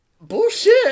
Bullshit